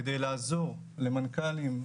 כדי לעזור למנכ"לים,